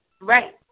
Right